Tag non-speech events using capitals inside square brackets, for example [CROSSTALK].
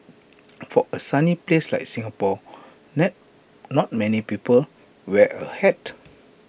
for A sunny place like Singapore [UNINTELLIGIBLE] not many people wear A hat